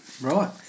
Right